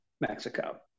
Mexico